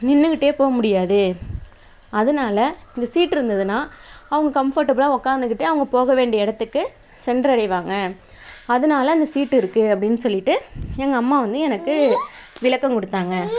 நின்றுக்கிட்டே போக முடியாது அதனால இந்த சீட் இருந்துதுனால் அவங்க கம்ஃபர்ட்டபுளாக உக்காந்துக்கிட்டு அவங்க போக வேண்டிய இடத்துக்கு சென்று அடைவாங்க அதனால அந்த சீட்டு இருக்குது அப்படின்னு சொல்லிட்டு எங்கள் அம்மா வந்து எனக்கு விளக்கம் கொடுத்தாங்க